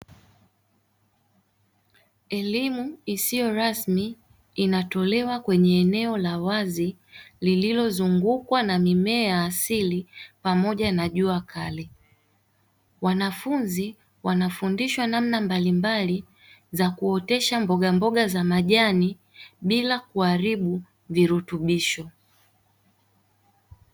Elimu isiyo rasmi inatolewa kwenye eneo la wazi, lililozungukwa na mimea asili pamoja na jua kali, wanafunzi wanafundishwa namna mbalimbali za kuotesha mboga za majani bila kuharibu virutubisho.